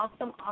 awesome